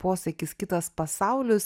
posakis kitas pasaulis